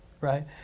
Right